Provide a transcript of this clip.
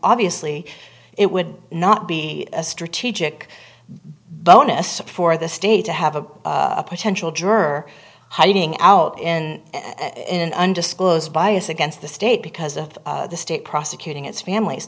obviously it would not be a strategic bonus for the state to have a potential juror hiding out in in undisclosed bias against the state because of the state prosecuting its families